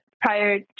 prior